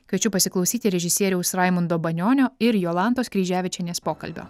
kviečiu pasiklausyti režisieriaus raimundo banionio ir jolantos kryževičienės pokalbio